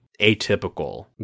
atypical